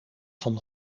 van